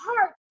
heart